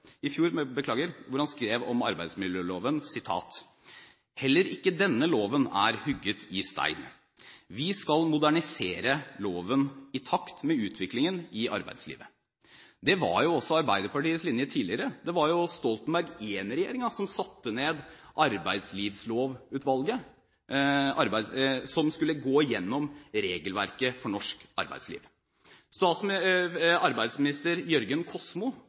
i fjor, hvor han skrev om arbeidsmiljøloven: «Heller ikke denne loven er hugget i stein. Vi skal modernisere loven i takt med utviklingen i arbeidslivet.» Det var jo også Arbeiderpartiets linje tidligere. Det var Stoltenberg I-regjeringen som satte ned Arbeidslivslovutvalget som skulle gå gjennom regelverket for norsk arbeidsliv. Arbeidsminister Jørgen Kosmo,